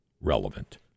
relevant